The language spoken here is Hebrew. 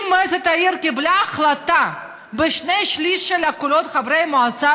אם מועצת העיר קיבלה החלטה בשני שלישים של הקולות של חברי המועצה,